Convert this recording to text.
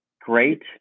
great